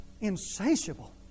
insatiable